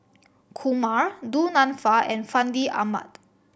Kumar Du Nanfa and Fandi Ahmad